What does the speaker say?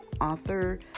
author